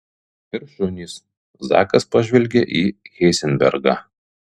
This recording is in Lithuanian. ir šunys zakas pažvelgė į heizenbergą